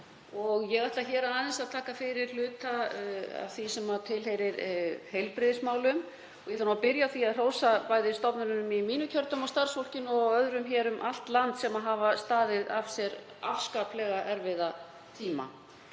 Ég ætla hér að taka fyrir hluta af því sem tilheyrir heilbrigðismálum. Ég ætla nú að byrja á því að hrósa bæði stofnunum í mínu kjördæmi og starfsfólkinu og öðrum um allt land sem hafa staðið af sér afskaplega erfiða tíma.